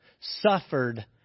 Suffered